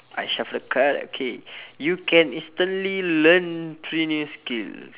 I shuffle the card okay you can instantly learn three new skills